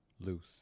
Loose